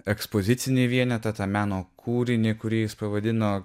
ekspozicinį vienetą tą meno kūrinį kurį jis pavadino